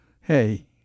hey